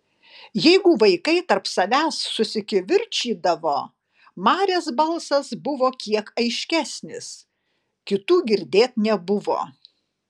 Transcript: jeigu vaikai tarp savęs susikivirčydavo marės balsas buvo kiek aiškesnis kitų girdėt nebuvo